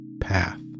path